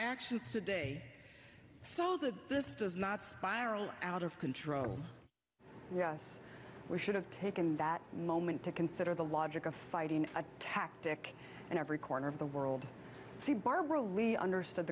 actions today so that this does not spiral out of control yes we should have taken that moment to consider the logic of fighting a tactic and every corner of the world see bar were really understood